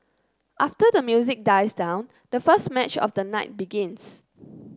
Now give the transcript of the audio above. after the music dies down the first match of the night begins